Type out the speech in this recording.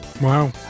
Wow